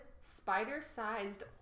spider-sized